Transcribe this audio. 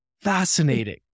Fascinating